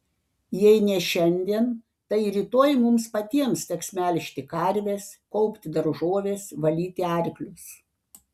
jei ne šiandien tai rytoj mums patiems teks melžti karves kaupti daržoves valyti arklius